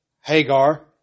Hagar